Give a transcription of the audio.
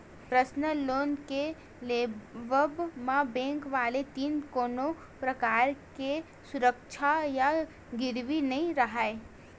personal loan के लेवब म बेंक वाले तीर कोनो परकार के सुरक्छा या गिरवी नइ राहय